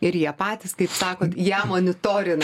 ir jie patys kaip sakot ją manitorina